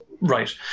Right